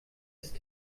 ist